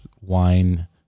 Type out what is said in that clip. wine